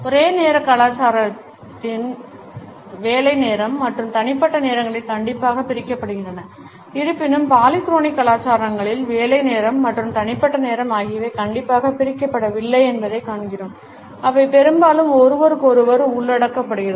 ஒரே நேர கலாச்சாரங்களில் வேலை நேரம் மற்றும் தனிப்பட்ட நேரங்கள் கண்டிப்பாக பிரிக்கப்படுகின்றன இருப்பினும் பாலிக்ரோனிக் கலாச்சாரங்களில் வேலை நேரம் மற்றும் தனிப்பட்ட நேரம் ஆகியவை கண்டிப்பாக பிரிக்கப்படவில்லை என்பதைக் காண்கிறோம் அவை பெரும்பாலும் ஒருவருக்கொருவர் உள்ளடக்குகின்றன